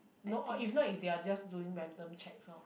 no orh if not is they are just doing random checks orh